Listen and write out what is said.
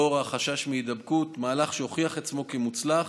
מהלך שהוכיח עצמו כמוצלח.